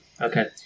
Okay